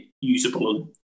usable